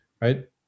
right